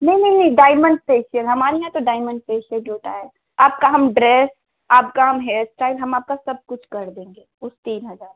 नहीं नहीं नहीं डाइमंड फे़शियल हमारे यहाँ तो डाइमंड फे़शियल भी होता है आपका हम ड्रेस आपका हम हेयर इस्टाइल हम आपका सब कुछ कर देंगे उस तीन हजार में